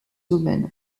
domaine